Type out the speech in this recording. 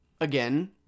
Again